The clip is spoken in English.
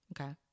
Okay